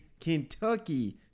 Kentucky